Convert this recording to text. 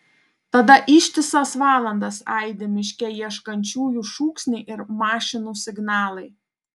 tada ištisas valandas aidi miške ieškančiųjų šūksniai ir mašinų signalai